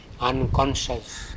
unconscious